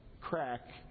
crack